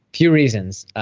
few reasons.